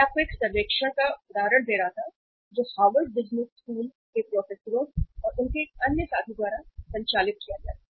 मैं आपको एक सर्वेक्षण का उदाहरण दे रहा था जो हार्वर्ड बिजनेस स्कूल के प्रोफेसरों और उनके एक अन्य साथी द्वारा संचालित किया गया था